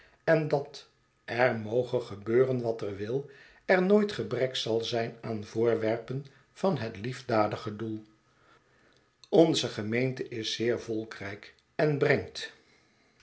en dat er moge gebeuren wat er wil er nooit gebrek zal zijn aan voorwerpen van het liefdadige doel onze gemeente is zeer volkrijk en brengt